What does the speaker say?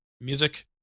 music